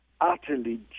utterly